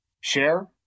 share